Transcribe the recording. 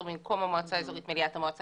במקום המועצה האזורית יהיה מליאת המועצה